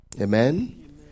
Amen